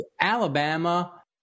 Alabama